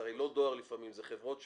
זה הרי לא דואר לפעמים, זה חברות שעושות.